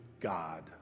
God